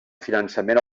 finançament